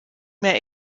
mehr